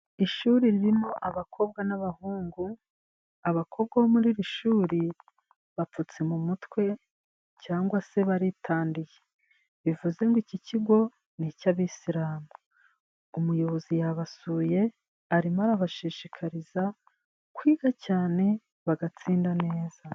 Ishuri ririmo abakobwa n'abahungu, abakobwa bo muri iri shuri bapfutse mu mutwe cyangwa se baritandiye, bivuze ngo iki kigo ni icyo abisilamu. Umuyobozi yabasuye, arimo arabashishikariza kwiga cyane, bagatsinda neza.